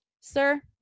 Sir